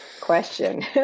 question